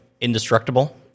indestructible